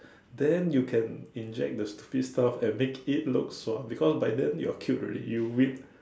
then you can inject the stupid stuff and make it looks lah because by then you're cute already you with